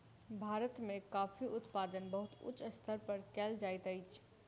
भारत में कॉफ़ी उत्पादन बहुत उच्च स्तर पर कयल जाइत अछि